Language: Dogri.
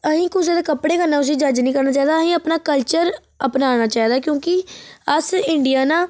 अस्गीं कुसे दे कपड़े कन्नै उसी जज नी करना चाहिदा असेंगी अपना कल्चर अपनाना चाहिदा क्योंकि अस इंडियन आं